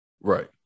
Right